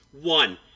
One